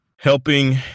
helping